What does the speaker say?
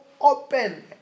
open